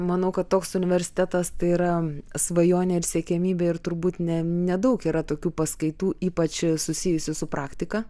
manau kad toks universitetas tai yra svajonė ir siekiamybė ir turbūt ne nedaug yra tokių paskaitų ypač susijusių su praktika